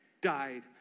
died